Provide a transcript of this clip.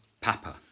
Papa